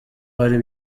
hari